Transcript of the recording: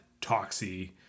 Toxie